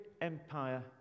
empire